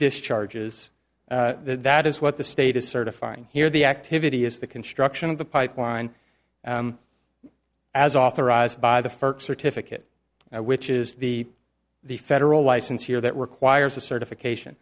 discharge is that is what the state is certifying here the activity is the construction of the pipeline as authorized by the first certificate which is the the federal license here that requires a certification